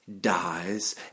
dies